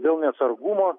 dėl neatsargumo